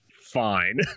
fine